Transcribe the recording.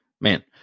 Man